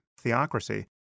theocracy